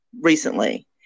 recently